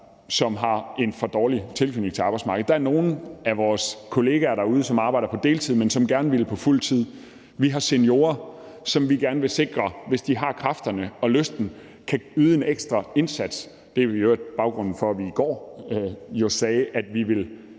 som har en for dårlig tilknytning til arbejdsmarkedet. Der er nogle af vores kollegaer derude, som arbejder på deltid, men som gerne vil på fuld tid. Og vi har seniorer, som vi gerne vil sikre, hvis de har kræfterne og lysten, kan yde en ekstra indsats. Det er i øvrigt baggrunden for, at vi i går jo sagde, at vi ville